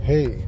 Hey